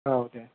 औ दे